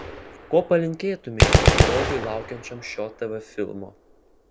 ko palinkėtumei žiūrovui laukiančiam šio tv filmo